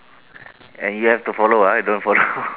and you have to follow ah you don't follow